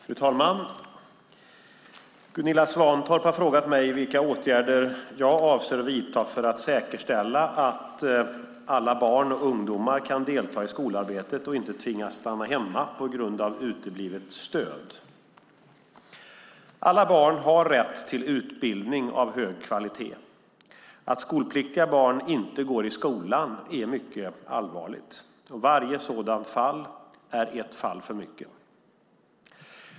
Fru talman! Gunilla Svantorp har frågat mig vilka åtgärder jag avser att vidta för att säkerställa att alla barn och ungdomar kan delta i skolarbetet och inte tvingas stanna hemma på grund av uteblivet stöd. Alla barn har rätt till utbildning av hög kvalitet. Att skolpliktiga barn inte går i skolan är mycket allvarligt. Varje sådant fall är ett fall för mycket.